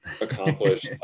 accomplish